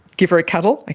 give her a cuddle, like